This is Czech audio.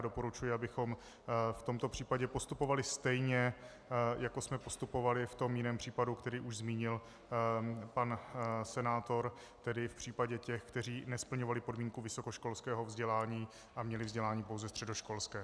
Doporučuji, abychom v tomto případě postupovali stejně, jako jsme postupovali v tom jiném případě, který už zmínil pan senátor, tedy v případě těch, kteří nesplňovali podmínku vysokoškolského vzdělání a měli vzdělání pouze středoškolské.